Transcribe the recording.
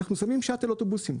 אנחנו שמים שאטל אוטובוסים.